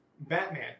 Batman